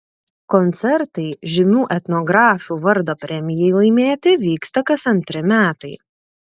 koncertai žymių etnografių vardo premijai laimėti vyksta kas antri metai